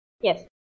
Yes